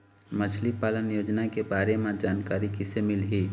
मछली पालन योजना के बारे म जानकारी किसे मिलही?